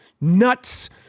nuts